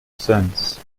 sense